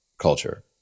culture